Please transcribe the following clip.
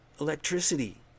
electricity